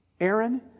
Aaron